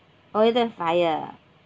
oh you don't have fire